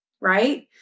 right